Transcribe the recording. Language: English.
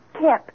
Kip